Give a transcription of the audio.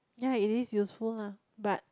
ya it is useful ah but